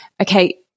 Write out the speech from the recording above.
okay